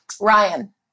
Ryan